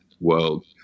world